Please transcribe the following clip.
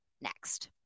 next